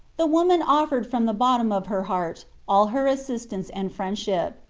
the woman offered from the bottom of her heart all her assistance and friendship.